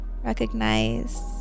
Recognize